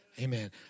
Amen